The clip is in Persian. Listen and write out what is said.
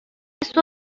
صبح